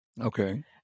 Okay